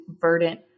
Verdant